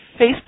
Facebook